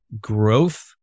growth